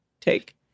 take